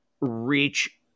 reach